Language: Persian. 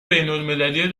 بینالمللی